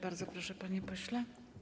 Bardzo proszę, panie pośle.